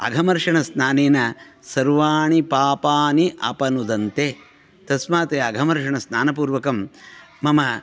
अघमर्षणस्नानेन सर्वाणि पापानि अपनुदन्ते तस्मात् अघमर्षणस्नानपूर्वकं मम